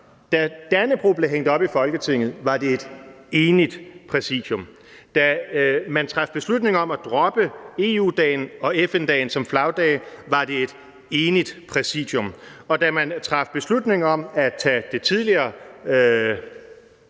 da Dannebrog blev hængt op i Folketinget, var det et enigt Præsidium. Da man traf beslutning om at droppe EU-dagen og FN-dagen som flagdage, var det et enigt Præsidium. Og da man traf beslutning om at tage den tidligere